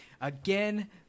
again